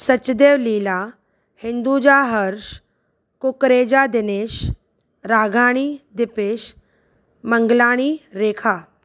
Sachdev Leela Hinduja Harsh Kukreja Dinesh Raghani Dipesh Manglani Rekha